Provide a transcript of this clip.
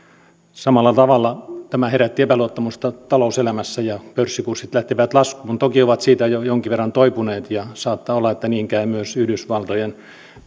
samalla tavalla tämä herätti epäluottamusta talouselämässä ja pörssikurssit lähtivät laskuun toki ovat siitä jo jonkin verran toipuneet ja saattaa olla että niin käy myös yhdysvaltojen